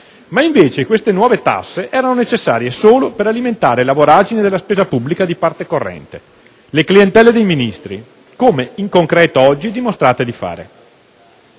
ma invece quelle nuove tasse erano necessarie solo per alimentare la voragine della spesa pubblica di parte corrente, le clientele dei Ministri, come in concreto oggi dimostrate di fare.